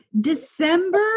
December